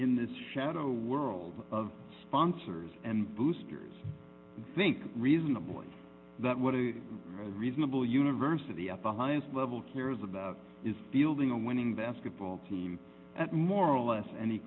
in this shadow world of sponsors and boosters think reasonably that what a reasonable university at the highest level cares about is building a winning basketball team at more or less any